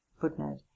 Footnote